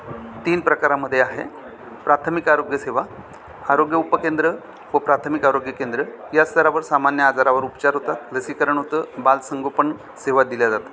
तीन प्रकारामध्ये आहे प्राथमिक आरोग्य सेवा आरोग्य उपकेंद्र व प्राथमिक आरोग्य केंद्र या स्तरावर सामान्य आजारावर उपचार होतात लसीकरण होतं बालसंगोपण सेवा दिल्या जातात